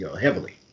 heavily